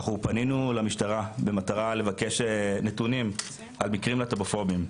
אנחנו פנינו למשטרה במטרה לבקש נתונים על מקרים להט"בופובים,